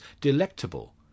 delectable